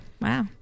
wow